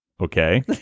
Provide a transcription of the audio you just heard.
Okay